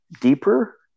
deeper